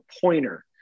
pointer